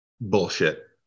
Bullshit